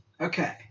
Okay